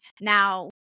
Now